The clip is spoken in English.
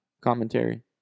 commentary